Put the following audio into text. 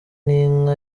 n’inka